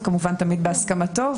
זה כמובן תמיד בהסכמתו,